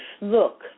look